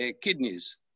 kidneys